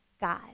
God